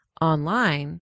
online